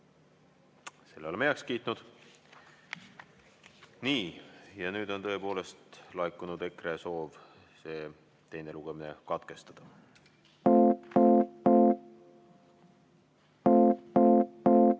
Selle oleme heaks kiitnud. Nii. Nüüd on tõepoolest laekunud EKRE soov teine lugemine katkestada.